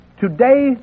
Today